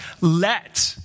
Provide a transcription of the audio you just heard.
let